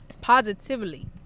positively